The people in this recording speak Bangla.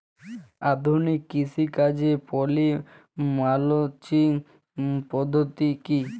আধুনিক কৃষিকাজে পলি মালচিং পদ্ধতি কি?